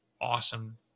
awesome